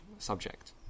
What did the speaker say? Subject